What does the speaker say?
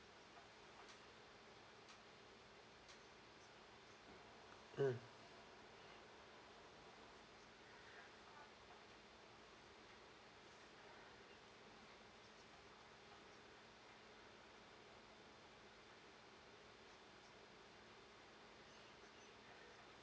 mm